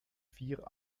vier